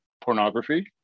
pornography